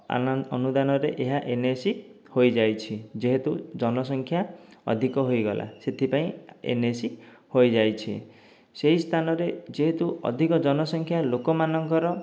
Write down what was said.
ଅନୁଦାନରେ ଏହା N A C ହୋଇଯାଇଛି ଯେହେତୁ ଜନସଂଖ୍ୟା ଅଧିକ ହୋଇଗଲା ସେଥିପାଇଁ ଏନ୍ ଏ ସି ହୋଇଯାଇଛି ସେହି ସ୍ଥାନରେ ଯେହେତୁ ଅଧିକ ଜନସଂଖ୍ୟା ଲୋକମାନଙ୍କର